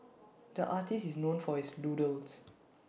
the artist is known for his doodles